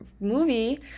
movie